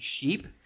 sheep